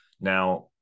now